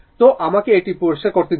তো আমাকে এটি পরিষ্কার করতে দিন